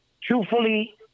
truthfully